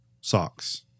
socks